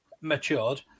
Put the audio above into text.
matured